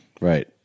Right